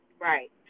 Right